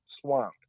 swamp